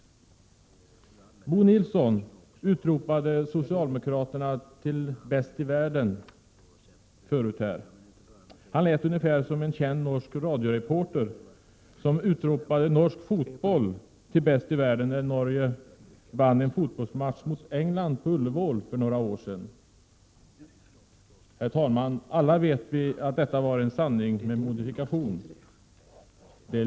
Bo Nilsson utropade här tidigare i dag socialdemokraterna till bäst i världen. Han lät ungefär som en känd norsk radioreporter, som utropade norsk fotboll till bäst i världen, när Norge vann en fotbollsmatch mot England på Ullevål för några år sedan. Alla vet att detta var en sanning med modifikation.